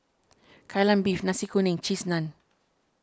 Kai Lan Beef Nasi Kuning and Cheese Naan